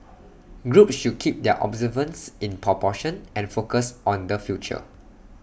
groups should keep their observances in proportion and focused on the future